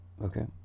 Okay